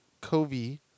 Kobe